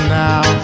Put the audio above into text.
now